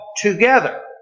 together